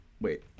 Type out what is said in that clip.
wait